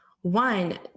one